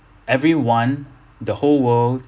everyone the whole world